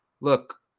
Look